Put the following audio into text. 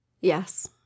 Yes